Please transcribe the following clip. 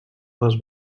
les